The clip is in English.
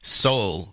soul